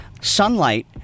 sunlight